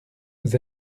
vous